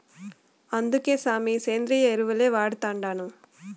అందుకే సామీ, సేంద్రియ ఎరువుల్నే వాడతండాను